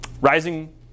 Rising